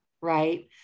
Right